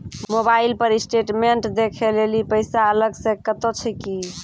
Mobile पर statement देखे लेली पैसा अलग से कतो छै की?